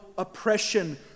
oppression